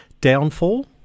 downfall